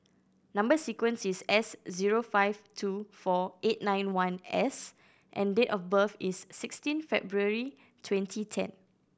number sequence is S zero five two four eight nine one S and date of birth is sixteen February twenty ten